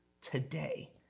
today